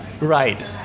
right